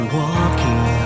walking